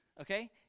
okay